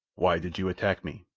why did you attack me?